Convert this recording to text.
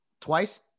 twice